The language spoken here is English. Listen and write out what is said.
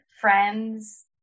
friends